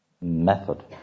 method